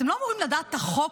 אתם לא אמורים לדעת את החוק?